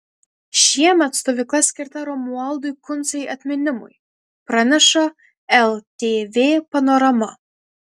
šiemet stovykla skirta romualdui kuncai atminimui praneša ltv panorama